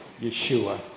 Yeshua